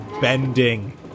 bending